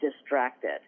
distracted